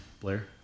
Blair